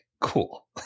cool